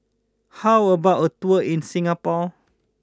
how about a tour in Singapore